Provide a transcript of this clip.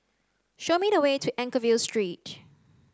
show me the way to Anchorvale Street